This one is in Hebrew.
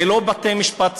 זה לא בתי-משפט שדה,